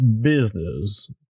business